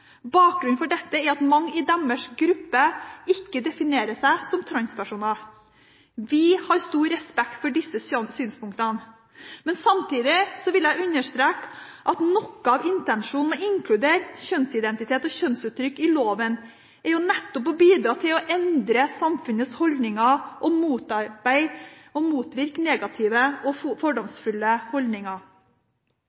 Bakgrunnen for dette er at mange i deres gruppe ikke definerer seg som transperson. Vi har stor respekt for disse synspunktene, men samtidig vil jeg understreke at noe av intensjonen med å inkludere kjønnsidentitet og kjønnsuttrykk i loven, nettopp er å bidra til å endre samfunnets holdninger og motvirke negative og